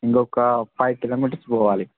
ఇంకొక five kilometres పోవాలి